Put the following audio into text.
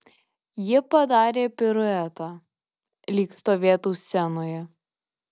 ji padarė piruetą lyg stovėtų scenoje